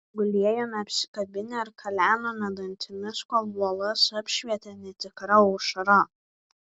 gulėjome apsikabinę ir kalenome dantimis kol uolas apšvietė netikra aušra